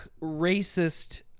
racist